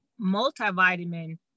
multivitamin